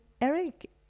Eric